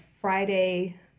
Friday